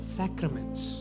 sacraments